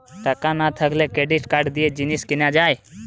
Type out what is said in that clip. টাকা না থাকলে ক্রেডিট কার্ড দিয়ে জিনিস কিনা যায়